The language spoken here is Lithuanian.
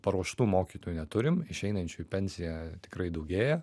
paruoštų mokytojų neturim išeinančių į pensiją tikrai daugėja